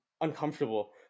uncomfortable